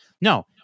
No